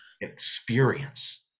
experience